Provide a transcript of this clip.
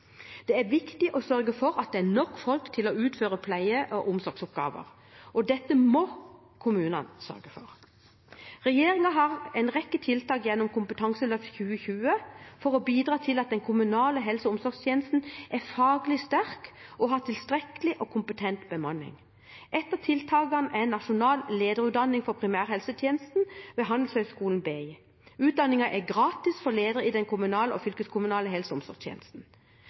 Det er viktig å sørge for at det er nok folk til å utføre pleie- og omsorgsoppgaver, og dette må kommunene sørge for. Regjeringen har en rekke tiltak gjennom Kompetanseløft 2020 for å bidra til at den kommunale helse- og omsorgstjenesten er faglig sterk og har tilstrekkelig og kompetent bemanning. Ett av tiltakene er nasjonal lederutdanning for primærhelsetjenesten ved Handelshøyskolen BI. Utdanningen er gratis for ledere i den kommunale og fylkeskommunale helse- og omsorgstjenesten.